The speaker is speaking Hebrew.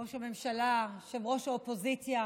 ראש הממשלה, ראש האופוזיציה,